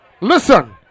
listen